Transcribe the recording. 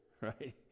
right